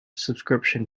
subscription